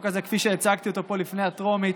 הזה כפי שהצגתי אותו פה לפני הטרומית,